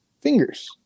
fingers